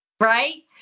Right